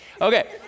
Okay